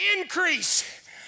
increase